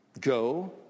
Go